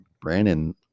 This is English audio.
Brandon